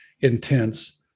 intense